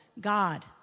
God